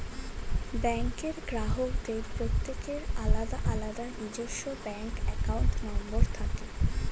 ব্যাঙ্কের গ্রাহকদের প্রত্যেকের আলাদা আলাদা নিজস্ব ব্যাঙ্ক অ্যাকাউন্ট নম্বর থাকে